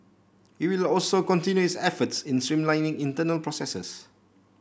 it will also continue its efforts in streamlining internal processes